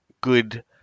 good –